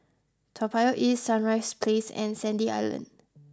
Toa Payoh East Sunrise Place and Sandy Island